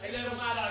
אה, אין לכם מושג?